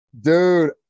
Dude